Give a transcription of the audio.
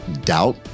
doubt